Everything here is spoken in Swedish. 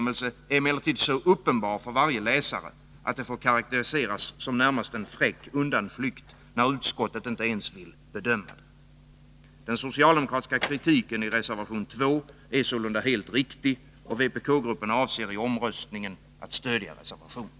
Denna är emellertid så uppenbar för varje läsare att det får karakteriseras som en närmast fräck undanflykt när utskottet inte ens vill bedöma den. Den socialdemokratiska kritiken i reservation 2 är sålunda helt riktig, och vpk-gruppen avser i omröstningen att stödja reservationen.